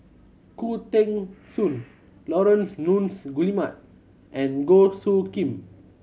Khoo Teng Soon Laurence Nunns Guillemard and Goh Soo Khim